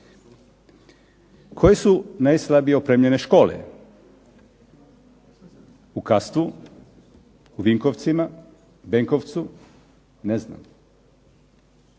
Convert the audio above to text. Koje su najslabije opremljene škole? U Kastvu, u Vinkovcima, Benkovcu. Ne znam.